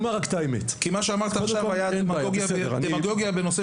כי מה שאמרת עכשיו היה דמגוגיה בנושא